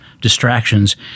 distractions